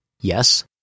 Yes